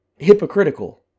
hypocritical